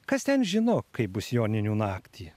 kas ten žino kaip bus joninių naktį